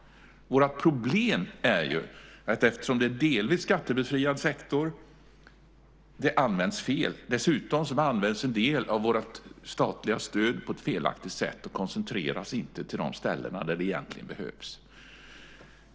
Vårt problem är att flyget, eftersom det är en delvis skattebefriad sektor, används fel. Dessutom används en del av vårt statliga stöd på ett felaktigt sätt och koncentreras inte till de ställen där det egentligen behövs.